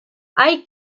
hay